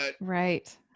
right